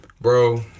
bro